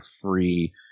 free